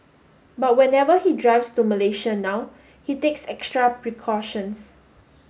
but whenever he drives to Malaysia now he takes extra precautions